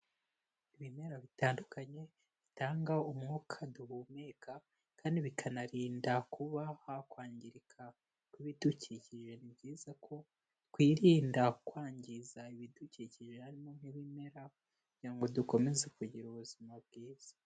Ibimera bitandukanye bitanga umwuka duhumeka kandi bikanarinda kuba hakwangirika kw'ibidukikije, ni byiza ko twirinda kwangiza ibidukikije harimo nk'ibimera kugira ngo dukomeze kugira ubuzima bwiza.